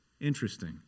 Interesting